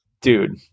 Dude